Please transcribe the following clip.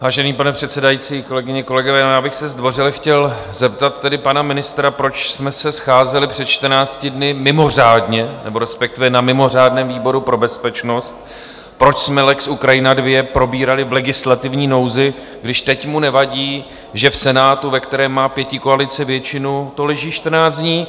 Vážený pane předsedající, kolegyně, kolegové, já bych se zdvořile chtěl zeptat tady pana ministra, proč jsme se scházeli před čtrnácti dny mimořádně nebo respektive na mimořádném výboru pro bezpečnost, proč jsme lex Ukrajina II probírali v legislativní nouzi, když teď mu nevadí, že v Senátu, ve kterém má pětikoalice většinu, to leží čtrnáct dní?